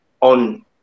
on